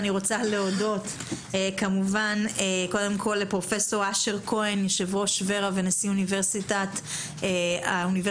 אני מודה כמובן לפרופ' אשר כהן יושב-ראש ור"ה ונשיא האוניברסיטה העברית,